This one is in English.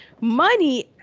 money